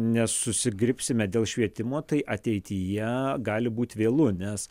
nesusizgribsime dėl švietimo tai ateityje gali būti vėlu nes